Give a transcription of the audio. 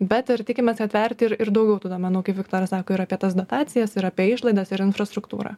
bet ir tikimės atverti ir ir daugiau tų duomenų kaip viktoras sako ir apie tas dotacijas ir apie išlaidas ir infrastruktūrą